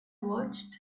watched